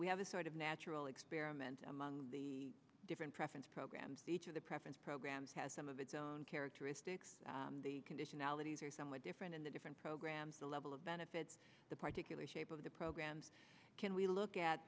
we have a sort of natural experiment among the different preference programs each of the preference programs has some of its own characteristics conditionalities are somewhat different in the different programs the level of benefits the particularly shape of the programs can we look at